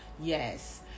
yes